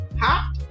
hot